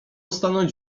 stanąć